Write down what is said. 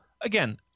again